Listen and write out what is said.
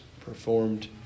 performed